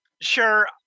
sure